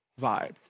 vibe